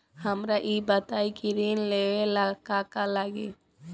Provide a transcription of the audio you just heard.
हमरा ई बताई की ऋण लेवे ला का का लागी?